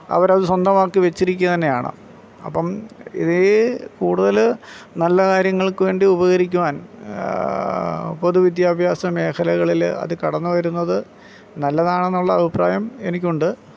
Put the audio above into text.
അവരത് സ്വന്തമാക്കി വെച്ചിരിക്കുക തന്നെയാണ് അപ്പം ഇതിൽ കൂടുതൽ നല്ല കാര്യങ്ങൾക്ക് വേണ്ടി ഉപകരിക്കുവാൻ പൊതു വിദ്യാഭ്യാസ മേഖലകളിൽ അത് കടന്നുവരുന്നത് നല്ലതാണെന്നുള്ള അഭിപ്രായം എനിക്കുണ്ട്